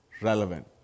relevant